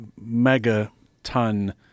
mega-ton